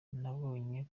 nabonye